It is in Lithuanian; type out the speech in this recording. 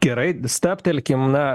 gerai stabtelkim na